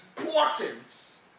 importance